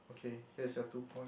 okay here's your two point